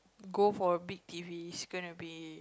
go for a big t_v it's gonna be